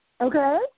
okay